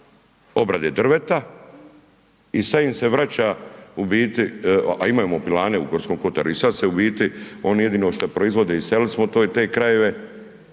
obrade drveta i sad im se vraća u biti, a imamo pilane u G. kotaru, i sad se u biti oni jedino šta proizvode iselili smo te krajeve,